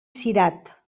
cirat